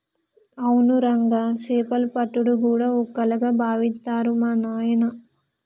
అవును రంగా సేపలు పట్టుడు గూడా ఓ కళగా బావిత్తరు మా నాయిన